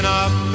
up